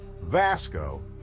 Vasco